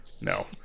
No